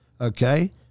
okay